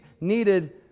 needed